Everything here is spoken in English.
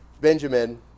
Benjamin